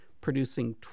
producing